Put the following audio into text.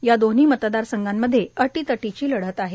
या दोन्ही मतदारसंघात अटितटीची लढत आहे